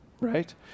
right